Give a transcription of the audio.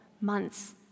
months